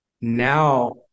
now